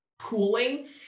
pooling